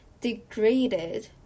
degraded